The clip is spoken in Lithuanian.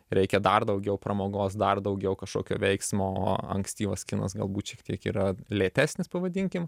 reikia dar daugiau pramogos dar daugiau kažkokio veiksmo ankstyvas kinas galbūt šiek tiek yra lėtesnis pavadinkim